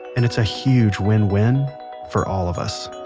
and it's a huge win win for all of us